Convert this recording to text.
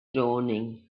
dawning